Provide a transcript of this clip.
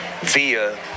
via